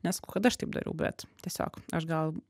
nesakau kad aš taip dariau bet tiesiog aš gal